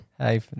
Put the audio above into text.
Hi